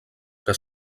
que